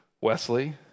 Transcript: Wesley